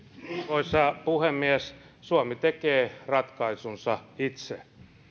arvoisa puhemies suomi tekee ratkaisunsa itse